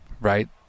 right